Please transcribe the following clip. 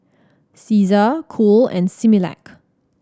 Cesar Cool and Similac